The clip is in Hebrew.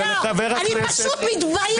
אלא לחבר הכנסת --- אני פשוט מתביישת